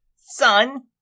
Son